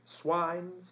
swine's